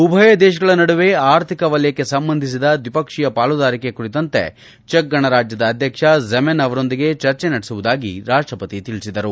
ಉಭಯ ದೇಶಗಳ ನಡುವೆ ಆರ್ಥಿಕ ವಲಯಕ್ಕೆ ಸಂಬಂಧಿಸಿದ ದ್ವಿಪಕ್ಷೀಯ ಪಾಲುದಾರಿಕೆ ಕುರಿತಂತೆ ಚೆಕ್ ಗಣರಾಜ್ಞದ ಅಧ್ಯಕ್ಷ ಝಮೆನ್ ಅವರೊಂದಿಗೆ ಚರ್ಚೆ ನಡೆಸುವುದಾಗಿ ರಾಷ್ಷಪತಿ ತಿಳಿಸಿದರು